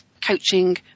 coaching –